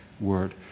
word